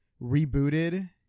rebooted